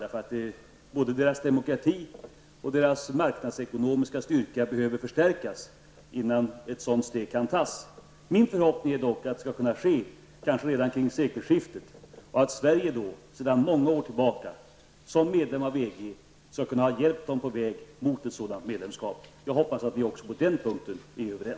Såväl deras demokrati som deras marknadsekonomiska styrka behöver förstärkas innan ett sådant steg kan tas. Min förhoppning är dock att det skall kunna ske, kanske redan vid sekelskiftet, och att Sverige då sedan många år tillbaka som medlem av EG skall ha hjälpt dem på vägen mot ett sådant medlemskap. Jag hoppas att vi också är överens på den punkten.